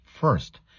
First